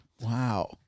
Wow